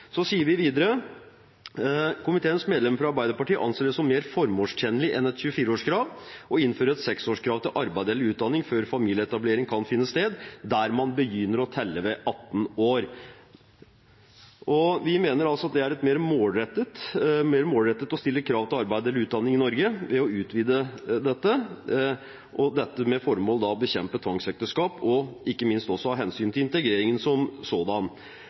Så sier vi videre: «Komiteens medlemmer fra Arbeiderpartiet anser det som mer formålstjenlig å innføre et seksårs-krav» – heller enn et 24-årskrav – «til arbeid eller utdanning før familieetablering kan finne sted, der man begynner å telle ved 18 år.» Vi mener altså at det er mer målrettet å stille krav til arbeid eller utdanning i Norge ved å utvide dette – dette med det formål å bekjempe tvangsekteskap og ikke minst av hensyn til integreringen som sådan.